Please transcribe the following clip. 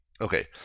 Okay